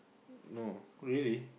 no really